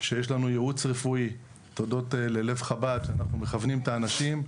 שיש לנו ייעוץ רפואי תודות ללב חב"ד שאנחנו מכוונים את האנשים,